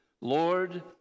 Lord